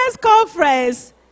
conference